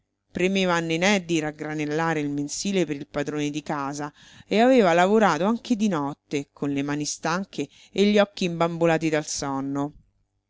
a nené di raggranellare il mensile per il padrone di casa e aveva lavorato anche di notte con le mani stanche e gli occhi imbambolati dal sonno